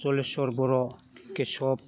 Haleswar Boro Keshab